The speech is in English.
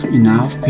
enough